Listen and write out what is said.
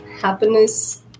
Happiness